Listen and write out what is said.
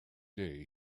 day